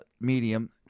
medium